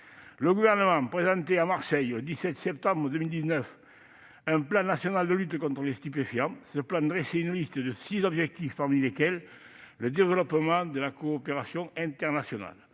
le Gouvernement présentait à Marseille le 17 septembre 2019 un Plan national de lutte contre les stupéfiants, qui fixait une liste de six objectifs, dont le développement de la coopération internationale.